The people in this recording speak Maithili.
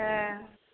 हँ